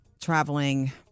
traveling